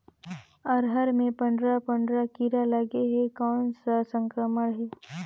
अरहर मे पंडरा पंडरा कीरा लगे हे कौन सा संक्रमण हे?